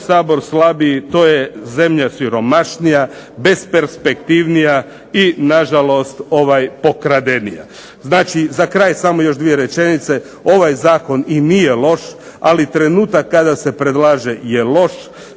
Sabor slabiji, to je zemlja siromašnija, besperspektivnija i na žalost pokradenija. Znači za kraj samo još dvije rečenice. Ovaj zakon i nije loš, ali trenutak kada se predlaže je loš,